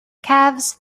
calves